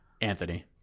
Anthony